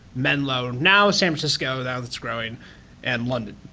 menlo, now san francisco now that's growing and london.